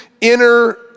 inner